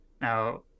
now